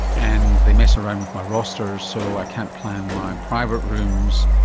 and they mess around with my rosters so i can't plan my private rooms,